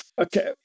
Okay